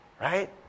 right